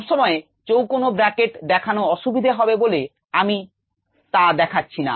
সব সময় চৌকোনো ব্র্যাকেটে দেখানো আসুবিধা হবে বলে এখানে আমি তা দেখাচ্ছি না